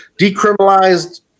decriminalized